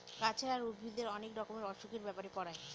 গাছের আর উদ্ভিদের অনেক রকমের অসুখের ব্যাপারে পড়ায়